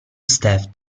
stuff